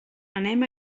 anem